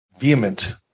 vehement